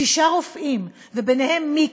שישה רופאים, וביניהם מיקי,